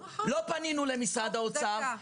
לא פנינו למשרד האוצר,